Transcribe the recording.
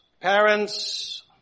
parents